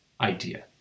idea